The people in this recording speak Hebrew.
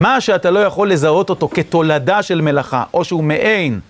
מה שאתה לא יכול לזהות אותו כתולדה של מלאכה, או שהוא מעין.